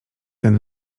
ten